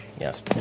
yes